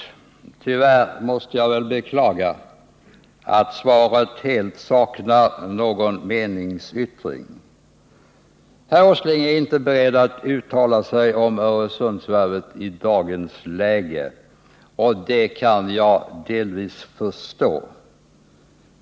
Tyvärr måste jag beklaga att svaret helt saknar någon meningsyttring. Herr Åsling är inte beredd att uttala sig om Öresundsvarvet i dagens läge. Det kan jag delvis förstå.